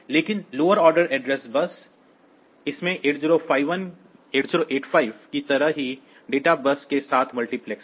लेकिन यह lower order address bus इसमें 8085 की तरह ही डेटा बस के साथ मल्टीप्लेक्स है